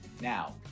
Now